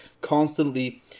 constantly